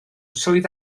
swydd